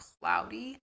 cloudy